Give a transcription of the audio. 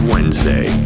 Wednesday